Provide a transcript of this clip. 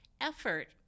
effort